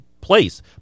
place